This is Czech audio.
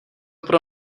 pro